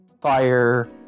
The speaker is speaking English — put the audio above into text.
Fire